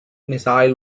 missile